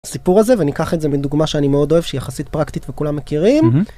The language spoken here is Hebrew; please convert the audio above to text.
סיפור הזה וניקח את זה מדוגמה שאני מאוד אוהב שיחסית פרקטית וכולם מכירים.